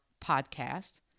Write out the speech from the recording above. podcast